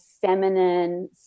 feminine